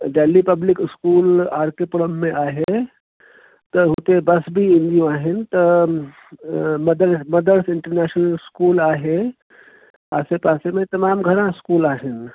Delhi public school R K Puram में आहे त हुते बस बि ईंदियूं आहिनि त मदर मदर्स इंटनेशनल स्कूल आहे आसे पासे में तमामु घणा स्कूल आहिनि